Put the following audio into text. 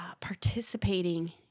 participating